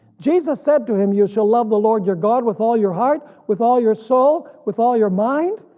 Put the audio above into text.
jesus said to him, you shall love the lord your god with all your heart, with all your soul, with all your mind.